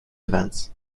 events